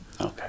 Okay